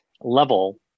level